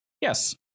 Yes